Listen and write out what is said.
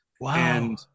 Wow